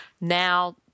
now